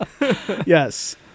Yes